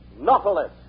Nautilus